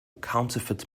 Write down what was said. counterfeit